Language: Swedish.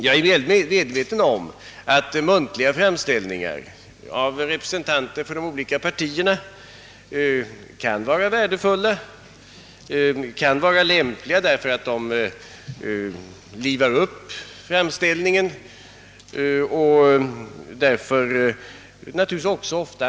Jag är väl medveten om att muntliga framställningar av representanter för de olika partierna kan vara värdefulla och lämpliga genom att de livar upp undervisningen. Därför utnyttjas de också ofta.